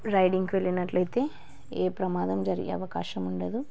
రైడింగ్కి వెళ్ళినట్టు అయితే ఏ ప్రమాదం జరిగే అవకాశం ఉండదు